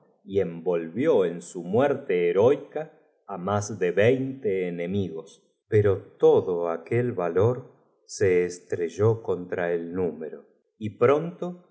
y envolvió en su muerte heroica á más do á los más valientes pier rot estaba pálido veinte enemigos pero todo aquel valor se como la mue rte arlequín tenía el trajo heestrelló cont ra e número y ptonto